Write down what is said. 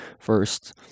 first